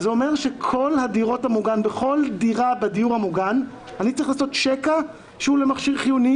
זה אומר שבכל דירה בדיור המוגן אני צריך לעשות שקע שהוא למכשיר חיוני.